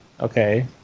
Okay